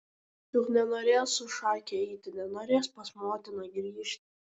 juk nenorės su šake eiti nenorės pas motiną grįžti